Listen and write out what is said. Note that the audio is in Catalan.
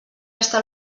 està